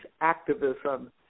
activism